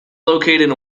located